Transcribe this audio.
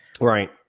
Right